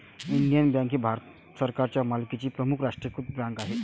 Indian bank ही भारत सरकारच्या मालकीची प्रमुख राष्ट्रीयीकृत बँक आहे